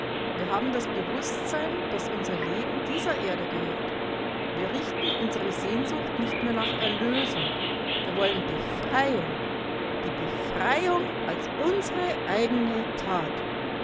wir haben das bewußtsein daß unser leben dieser erde gehört wir richten unsere sehnsucht nicht mehr nach erlösung wir wollen befreiung die befreiung als unsere eigene tat